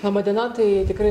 laba diena tai tikrai